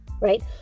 right